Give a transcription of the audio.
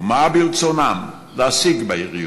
ומה ברצונם להשיג ביריות,